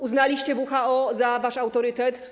Uznaliście WHO za wasz autorytet.